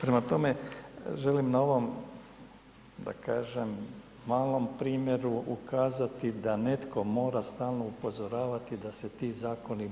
Prema tome, želim na ovom, da kažem malom primjeru ukazati da netko mora stalno upozoravati da se ti Zakoni